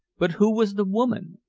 but who was the woman?